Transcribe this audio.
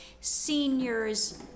seniors